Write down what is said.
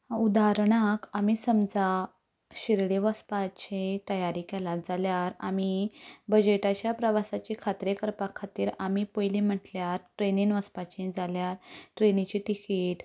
उदाहरणाक आमीं समजा शिर्डी वचपाची तयारी केल्या जाल्यार बजटाच्या प्रवासाची खात्री करपा खातीर आमीं पयलीं म्हणल्यार ट्रॅनीन वचपाचें जाल्यार ट्रॅनिची टिकेट